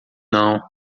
não